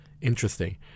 Interesting